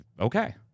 Okay